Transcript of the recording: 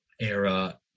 era